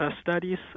Studies